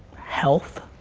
health.